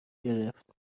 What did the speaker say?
گرفت